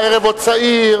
הערב עוד צעיר.